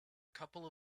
couple